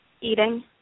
Eating